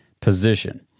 position